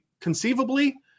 conceivably